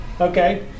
Okay